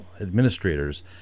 administrators